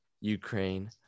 Ukraine